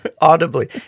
audibly